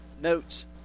notes